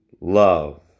love